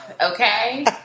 Okay